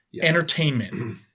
entertainment